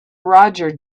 roger